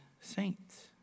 saints